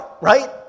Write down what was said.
right